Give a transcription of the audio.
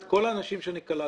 את כל האנשים שאני קלטתי,